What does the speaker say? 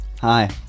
hi